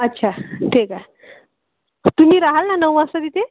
अच्छा ठीक आहे तुम्ही राहाल ना नऊ वाजता तिथे